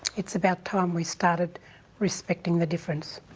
it's about time we started respecting the difference.